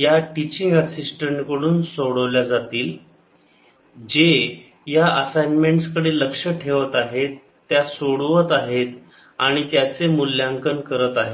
या teaching assistant कडून सोडवल्या जातील जे या असाइनमेंट्स कडे लक्ष ठेवत आहेत त्या सोडवत आहेत आणि त्याचे मूल्यांकन करत आहेत